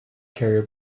carrier